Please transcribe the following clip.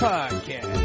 Podcast